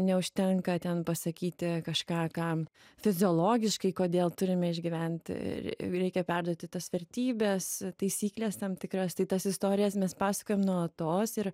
neužtenka ten pasakyti kažką kam fiziologiškai kodėl turime išgyventi reikia perduoti tas vertybes taisykles tam tikras tai tas istorijas mes pasakojam nuolatos ir